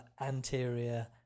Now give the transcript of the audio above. anterior